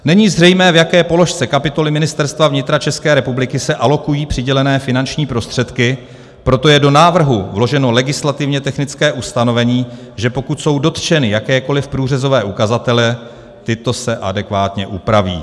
Není zřejmé, v jaké položce kapitoly Ministerstva vnitra České republiky se alokují přidělené finanční prostředky, proto je do návrhu vloženo legislativně technické ustanovení, že pokud jsou dotčeny jakékoliv průřezové ukazatele, tyto se adekvátně upraví.